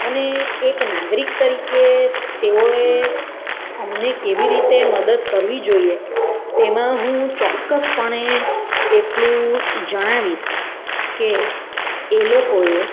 અને એક નાગરિક તરીકે તેઓએ અમને કેવી રીતે મદદ કરવી જોઈએ તેમાં હું ચોક્કસપણે એટલું જણાવીશ કે એ લોકોએ